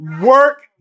Work